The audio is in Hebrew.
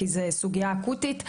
כי זו סוגייה אקוטית.